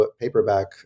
paperback